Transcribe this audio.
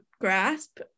grasp